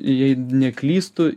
jei neklystu